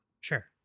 Sure